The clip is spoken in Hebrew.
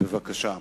בבקשה.